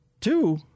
two